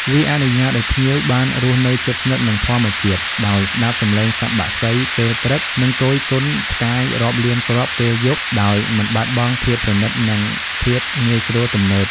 វាអនុញ្ញាតឲ្យភ្ញៀវបានរស់នៅជិតស្និទ្ធនឹងធម្មជាតិ ដោយស្តាប់សំឡេងសត្វបក្សីពេលព្រឹក និងគយគន់ផ្កាយរាប់លានគ្រាប់ពេលយប់ ដោយមិនបាត់បង់ភាពប្រណីត និងភាពងាយស្រួលទំនើប។